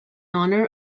honour